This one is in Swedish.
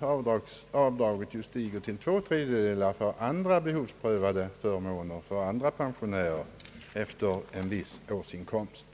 avdraget som bekant stiger till två tredjedelar av andra behovsprövade förmåner till andra pensionärer efter en viss årsinkomst.